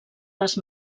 les